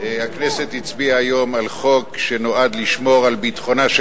הכנסת הצביעה היום על חוק שנועד לשמור על ביטחונה של